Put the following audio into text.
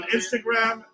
Instagram